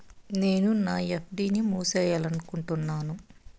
నేను నా ఎఫ్.డి ని మూసేయాలనుకుంటున్నాను